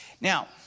Now